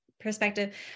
perspective